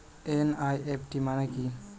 NEFT মনে কি?